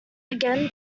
again